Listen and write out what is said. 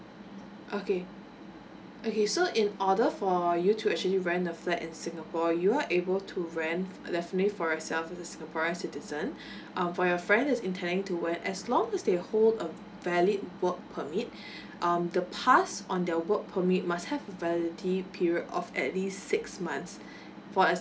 okay okay so in order for you to actually ran a flat at singapore you are able to rent definitely for yourself because singaporean citizen um for your friend is intending to rent as long as they hold a valid work permit um the pass on their work permit must have the validity period of at least six months for as